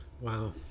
Wow